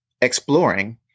exploring